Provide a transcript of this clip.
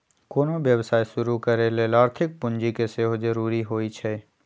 कोनो व्यवसाय शुरू करे लेल आर्थिक पूजी के सेहो जरूरी होइ छै